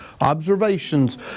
Observations